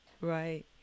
right